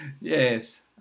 Yes